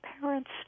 parents